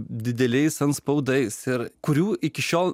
dideliais antspaudais ir kurių iki šiol